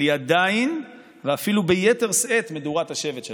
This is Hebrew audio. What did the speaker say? אבל היא עדיין מדורת השבט שלנו,